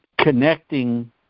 connecting